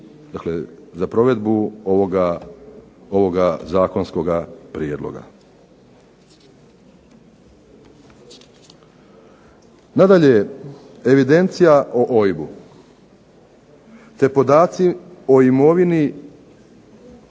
za provedbu ovoga zakonskoga prijedloga. Nadalje, evidencija o OIB-u, te podaci o imovini